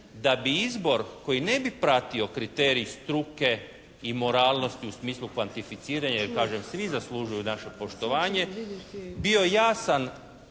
da bi izbor koji ne bi pratio kriterij struke i moralnosti u smislu kvalificiranja, jer kažem svi zaslužuju naše poštovanje bio jasan